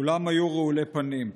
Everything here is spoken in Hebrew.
כולם היו רעולי פנים,